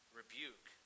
rebuke